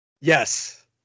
Yes